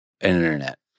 internet